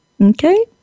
Okay